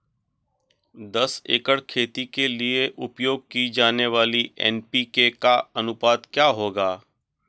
दस एकड़ खेती के लिए उपयोग की जाने वाली एन.पी.के का अनुपात क्या होगा?